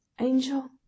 Angel